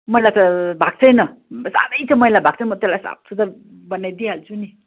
मैला त भएको छैन साह्रै चाहिँ मैला भएको छ म त्यसलाई साफी गरेर बनाइदिई हाल्छु नि